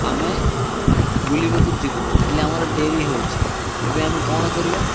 ଆମେ ବୁଲିବାକୁ ଯିବୁ ହେଲେ ଆମର ଡେରି ହେଉଛି ଏବେ ଆମେ କ'ଣ କରିବା